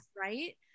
right